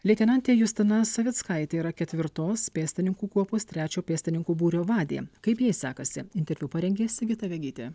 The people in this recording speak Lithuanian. leitenantė justina savickaitė yra ketvirtos pėstininkų kuopos trečio pėstininkų būrio vadė kaip jai sekasi interviu parengė sigita vegytė